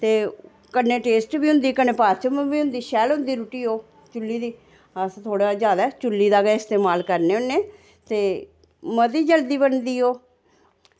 ते कन्नै टेस्ट बी होंदी कन्नै पाचम बी होंदी शैल होंदी रुट्टी ओह् चुल्ली दी अस थोह्ड़ा जादै चुल्ली दा गै इस्तेमाल करने होन्ने ते मती जल्दी बनी ओह्